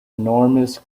enormous